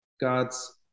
God's